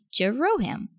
Jeroham